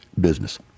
business